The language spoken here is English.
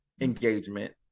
engagement